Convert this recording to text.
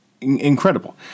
incredible